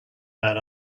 man